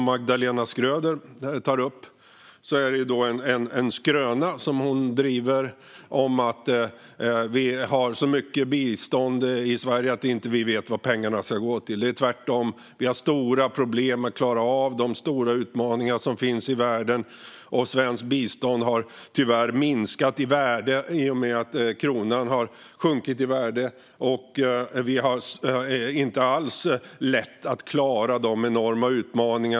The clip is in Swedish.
Det är en skröna som hon berättar: att vi har så mycket bistånd i Sverige att vi inte vet vad pengarna ska gå till. Det är tvärtom. Vi har stora problem med att klara av de stora utmaningar som finns i världen. Svenskt bistånd har tyvärr minskat i värde i och med att kronan har sjunkit i värde. Vi har inte alls lätt att klara de enorma utmaningarna.